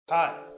Hi